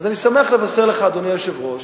אז אני שמח לבשר לך, אדוני היושב-ראש,